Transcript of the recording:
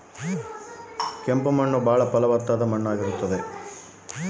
ಬಾಳ ಫಲವತ್ತಾದ ಮಣ್ಣು ಯಾವುದರಿ?